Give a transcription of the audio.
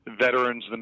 veterans